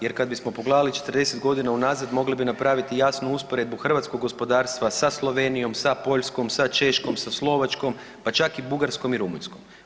Jer kada bismo pogledali 40 godina unazad mogli bi napraviti jasnu usporedbu hrvatskoga gospodarstva sa Slovenijom, sa Poljskom, sa Češkom, sa Slovačkom pa čak i Bugarskom i Rumunjskom.